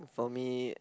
for me